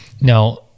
Now